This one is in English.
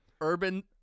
Urban